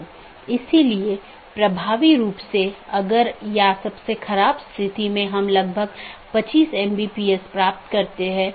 इसलिए मैं AS के भीतर अलग अलग तरह की चीजें रख सकता हूं जिसे हम AS का एक कॉन्फ़िगरेशन कहते हैं